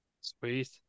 sweet